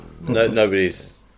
nobody's